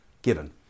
Given